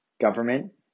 Government